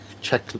check